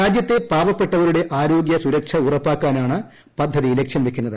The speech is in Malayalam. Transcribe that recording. രാജ്യത്തെ പാവപ്പെട്ടവരുടെ ആരോഗ്യ സുരക്ഷ ഉറപ്പാക്കാനാണ് പദ്ധതി ലക്ഷ്യം വയ്ക്കുന്നത്